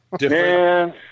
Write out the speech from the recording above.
Man